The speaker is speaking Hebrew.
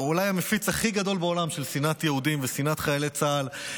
אולי המפיץ הכי גדול בעולם של שנאת יהודים ושנאת חיילי צה"ל,